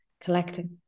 Collecting